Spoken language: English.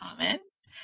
comments